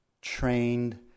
trained